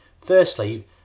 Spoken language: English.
Firstly